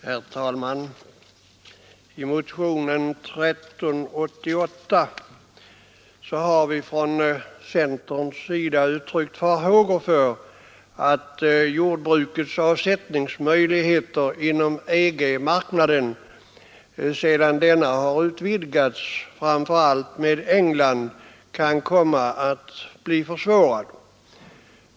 Herr talman! I motionen 1388 har vi från centerns sida uttryckt farhågor för att jordbrukets avsättningsmöjligheter inom EG-marknaden, sedan denna utvidgats framför allt med England, kan komma att försvåras.